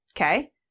okay